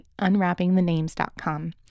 UnwrappingTheNames.com